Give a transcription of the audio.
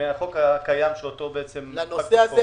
מהחוק הקיים שאותו בעצם --- לנושא הזה